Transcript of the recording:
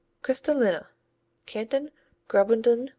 christalinna canton graubunden,